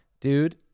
dude